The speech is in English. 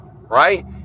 right